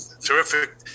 terrific